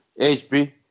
HP